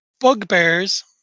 bugbears